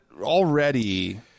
already